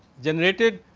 generated,